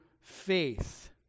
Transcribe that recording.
faith